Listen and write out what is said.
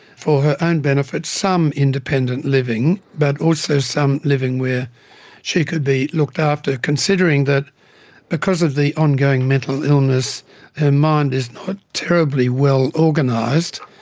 for her own benefit, some independent living but also some living where she could be looked after, considering that because of the ongoing mental illness her mind is not terribly well organised,